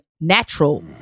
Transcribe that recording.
natural